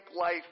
life